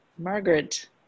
Margaret